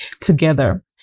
together